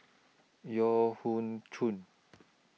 Yeo Hoe